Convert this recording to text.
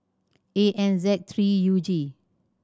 A N Z three U G